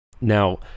now